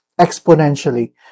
exponentially